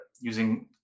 using